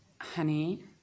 Honey